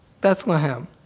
Bethlehem